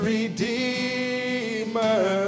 Redeemer